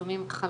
אני